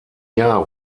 jahr